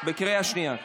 בקריאה שנייה.